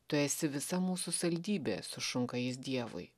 tu esi visa mūsų saldybė sušunka jis dievui